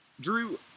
Drew